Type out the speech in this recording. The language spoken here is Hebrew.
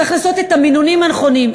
צריך לעשות את המינונים הנכונים.